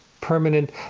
permanent